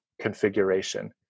configuration